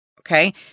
okay